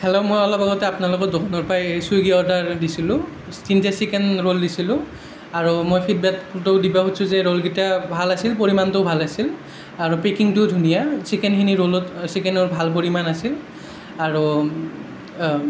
hello মই অলপ আগতে আপনালোকৰ দোকানৰ পই এই চুইগী অৰ্ডাৰ দিছিলোঁ তিনটা চিকেন ৰোল দিছিলোঁ আৰু মই ফিডবেকটো দিবা খুজিছোঁ যে ৰোলগিটা ভাল আছিল পৰিমাণটোও ভাল আছিল আৰু পেকিংটোও ধুনীয়া চিকেনখিনি ৰোলত চিকেনৰ ভাল পৰিমাণ আছিল আৰু